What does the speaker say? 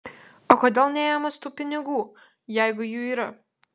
o kodėl neėmus tų pinigų jeigu jų yra